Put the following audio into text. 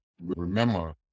remember